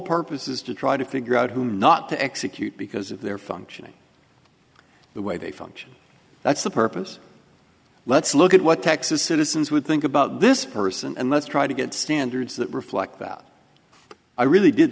purpose is to try to figure out who not to execute because of their functioning the way they function that's the purpose let's look at what texas citizens would think about this person and let's try to get standards that reflect that i really did